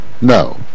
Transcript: No